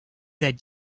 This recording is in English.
that